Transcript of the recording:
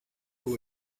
bari